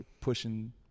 pushing